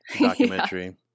documentary